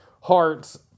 hearts